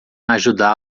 ajudá